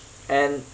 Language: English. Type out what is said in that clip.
and